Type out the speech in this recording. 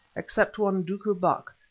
except one duiker buck,